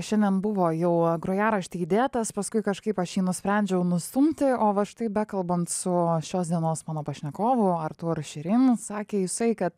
šiandien buvo jau grojarašty įdėtas paskui kažkaip aš jį nusprendžiau nustumti o va štai bekalbant su šios dienos mano pašnekovu artur širin sakė jisai kad